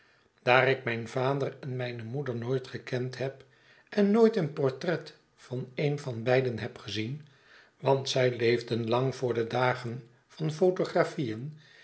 daar ik mijn vader en mijne moeder nooit gekend heb en nooit een portret van een van beiden heb ge zisn want zij leefden lang voor de dagen van photographieen